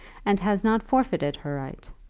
and has not forfeited her right.